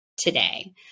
today